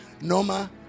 Noma